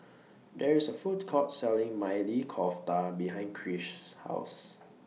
There IS A Food Court Selling Maili Kofta behind Krish's House